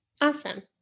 Awesome